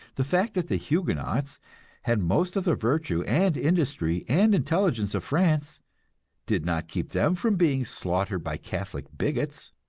the fact that the huguenots had most of the virtue and industry and intelligence of france did not keep them from being slaughtered by catholic bigots,